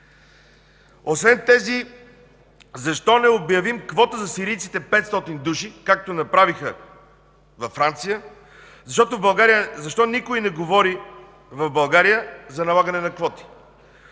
Освен тези, защо не обявим квота за сирийците – 500 души, както направиха във Франция. Защо никой не говори в България за налагане на квоти?